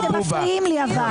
למה צריך לקפוץ לארבע?